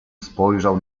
spojrzał